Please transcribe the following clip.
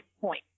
point